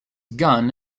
gun